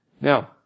Now